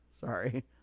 Sorry